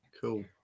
Cool